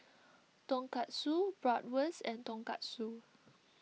Tonkatsu Bratwurst and Tonkatsu